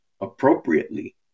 appropriately